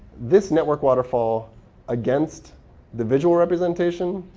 this network waterfall against the visual representation.